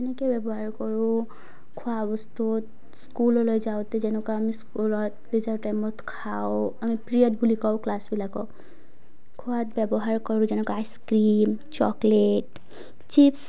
এনেকৈ ব্যৱহাৰ কৰোঁ খোৱা বস্তুত স্কুললৈ যাওঁতে যেনেকুৱা আমি স্কুলত লেজাৰ টাইমত খাওঁ আমি পিৰিয়ড বুলি কওঁ ক্লাছবিলাকক খোৱাত ব্যৱহাৰ কৰোঁ যেনেকুৱা আইচ ক্ৰীম চকলেট চিপছ